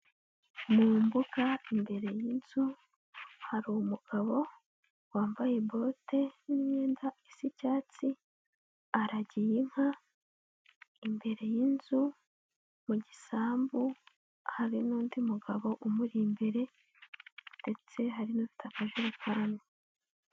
Mu mbuga imbere y'inzu, hari umugabo wambaye bote n'imyenda isa icyatsi, aragiye inka imbere y'inzu mu gisambu, hari n'undi mugabo umuri imbere, ndetse hari n'ufite akajerekani.